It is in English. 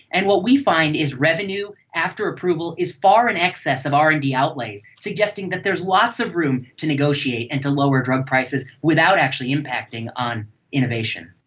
and what we find is revenue after approval is far in excess of r and d outlays, suggesting that there is lots of room to negotiate and to lower drug prices without actually impacting on innovation.